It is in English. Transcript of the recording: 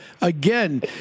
again